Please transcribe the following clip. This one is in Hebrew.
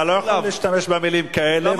אתה לא יכול להשתמש במלים כאלה,